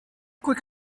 quick